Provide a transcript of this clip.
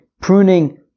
pruning